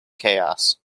chaos